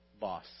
boss